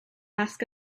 ask